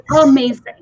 amazing